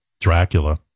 Dracula